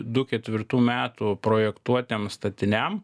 du ketvirtų metų projektuotiem statiniam